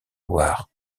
loire